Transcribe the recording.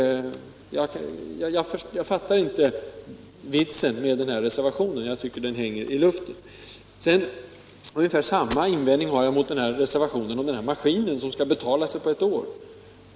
Jag fattar inte syftet med denna reservation. Ungefär samma invändning har jag mot reservationen om den apparat som skall betala sig på ett år.